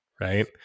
right